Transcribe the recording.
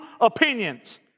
opinions